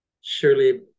surely